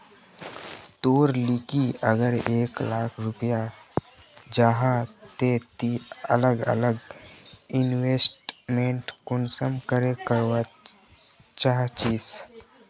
तोर लिकी अगर एक लाख रुपया जाहा ते ती अलग अलग इन्वेस्टमेंट कुंसम करे करवा चाहचिस?